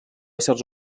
éssers